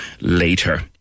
later